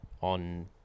on